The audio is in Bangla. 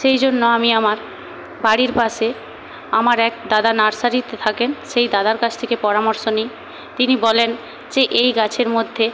সেই জন্য আমি আমার বাড়ির পাশে আমার এক দাদা নার্সারিতে থাকেন সেই দাদার কাছ থেকে পরামর্শ নি তিনি বলেন যে এই গাছের মধ্যে